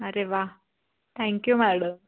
अरे वा thank you madam